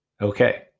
Okay